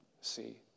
see